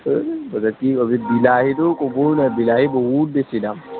এই কি কবি বিলাহীটো ক'বই নোৱাৰি বিলাহীত বহুত বেছি দাম